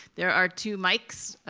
there are two mics.